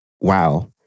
wow